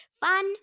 Fun